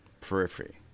periphery